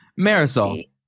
Marisol